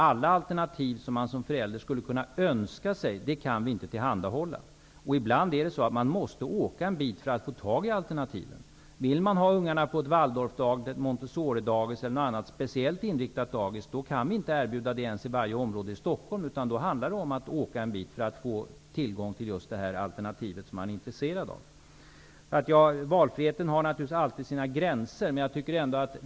Alla alternativ som föräldrar skulle kunna önska sig kan inte tillhandahållas. Ibland måste föräldrarna åka långa sträckor för att få tillgång till alternativen. Om de vill ha in sina barn på ett Montessoridagis eller något annat speciellt inriktiktat dagis, går det inte ens i Stockholm att erbjuda sådana alternativ i varje område. Då får man räkna med att åka en bit för att få tillgång till just det alternativ som man är intresserad av. Valfriheten har naturligtvis alltid sina gränser.